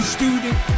Student